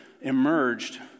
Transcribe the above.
emerged